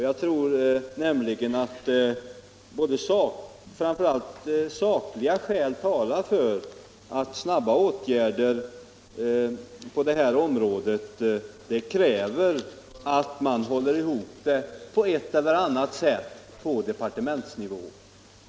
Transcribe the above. Jag tror nämligen att framför allt sakliga skäl talar för att snabba åtgärder på det här området kräver att man håller ihop dessa frågor på ett eller annat sätt på departementsnivå.